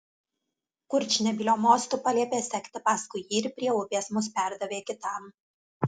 kurčnebylio mostu paliepė sekti paskui jį ir prie upės mus perdavė kitam